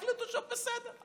החליטו: בסדר,